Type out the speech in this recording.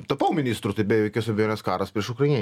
tapau ministru tai be jokios abejonės karas prieš ukrai